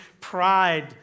pride